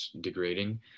degrading